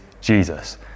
Jesus